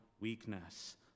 weakness